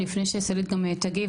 לפני שסלעית תגיב,